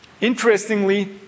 Interestingly